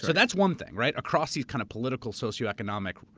so, that's one thing, right? across these kind of political, socioeconomic,